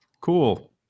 Cool